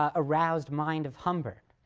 ah aroused mind of humbert.